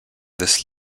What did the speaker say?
this